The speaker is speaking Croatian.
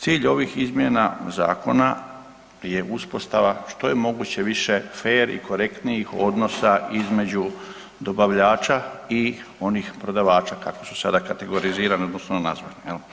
Cilj ovih izmjena zakona je uspostava što je moguće više fer i korektnijih odnosa između dobavljača i onih prodavača, kako su sada kategorizirani odnosno nazvani, jel.